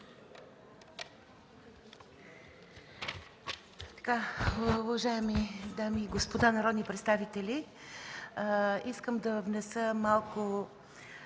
(Атака): Уважаеми дами и господа народни представители, искам да внеса малко